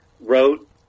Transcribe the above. wrote